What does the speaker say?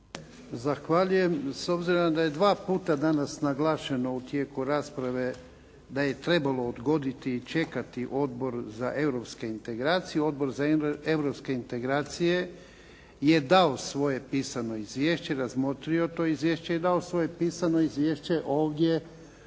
Zahvaljujem. S obzirom da je dva puta danas naglašeno u tijeku rasprave da je trebalo odgoditi i čekati Odbor za europske integracije, Odbor za europske integracije je dao svoje pisano izvješće, razmotrio je to izvješće i dao svoje pisano izvješće ovdje